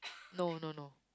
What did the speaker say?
no no no